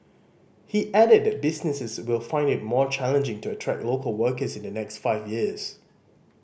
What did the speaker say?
he added that businesses will find it more challenging to attract local workers in the next five years